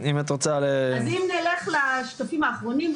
אם נלך לשקפים האחרונים,